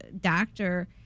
doctor